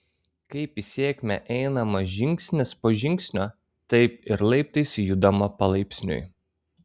kaip į sėkmę einama žingsnis po žingsnio taip ir laiptais judama palaipsniui